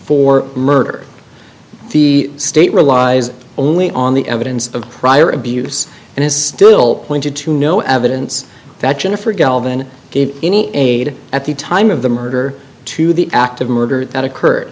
for murder the state relies only on the evidence of prior abuse and it's still pointed to no evidence that jennifer galvin gave any aid at the time of the murder to the act of murder that occurred